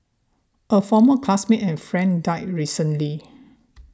a former classmate and friend died recently